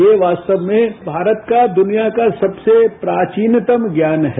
ये वास्तव में भारत का दुनिया का सबसे प्राचीनतम ज्ञान है